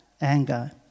anger